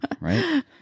right